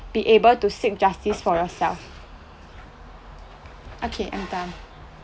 be able to seek justice for yourself okay I'm done